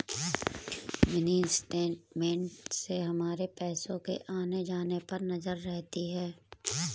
mini statement से हमारे पैसो के आने जाने पर नजर रहती है